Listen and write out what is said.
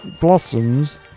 Blossoms